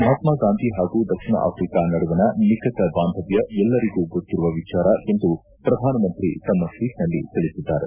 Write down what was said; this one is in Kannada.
ಮಹಾತ್ನಾ ಗಾಂಧಿ ಹಾಗೂ ದಕ್ಷಿಣ ಆಫ್ರಿಕಾ ನಡುವಣ ನಿಕಟ ಬಾಂಧವ್ಯ ಎಲ್ಲರಿಗೂ ಗೊತ್ತಿರುವ ವಿಚಾರ ಎಂದು ಪ್ರಧಾನಮಂತ್ರಿ ತಮ್ಮ ಟ್ವೀಟ್ನಲ್ಲಿ ತಿಳಿಸಿದ್ದಾರೆ